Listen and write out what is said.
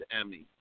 Emmy